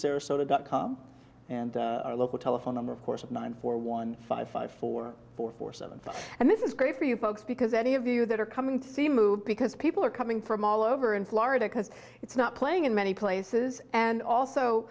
sarasota dot com and our local telephone number of course of nine four one five five four four four seven and this is great for you folks because any of you that are coming to see move because people are coming from all over in florida because it's not playing in many places and